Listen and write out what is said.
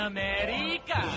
America